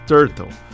Turtle